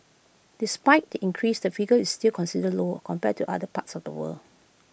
despite the increase the figure is still considered low compared to other parts of the world